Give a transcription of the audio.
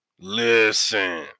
listen